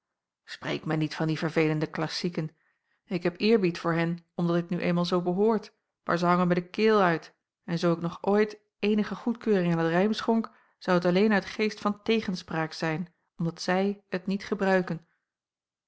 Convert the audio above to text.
spreek mij niet van die verveelende klassieken ik heb eerbied voor hen omdat dit nu eenmaal zoo behoort maar zij hangen mij de keel uit en zoo ik nog ooit eenige goedkeuring aan t rijm schonk zou t alleen uit geest van tegenspraak zijn omdat zij t niet gebruiken